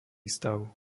stav